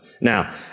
Now